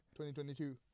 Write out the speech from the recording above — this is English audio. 2022